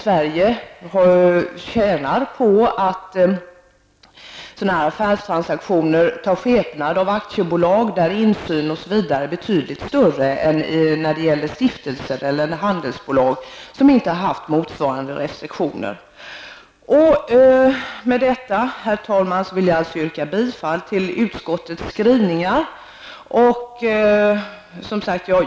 Sverige tjänar på att sådana här affärstransaktioner tar skepnad av aktiebolag. Där är bl.a. insynen betydligt större än när det gäller stiftelser eller handelsbolag som inte har motsvarande restriktioner. Med detta, herr talman, vill jag yrka bifall till utskottets skrivningar.